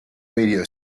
radio